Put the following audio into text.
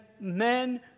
men